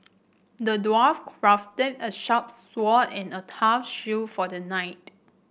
the dwarf crafted a sharp sword and a tough shield for the knight